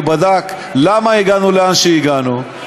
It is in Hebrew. ובדק למה הגענו לאן שהגענו,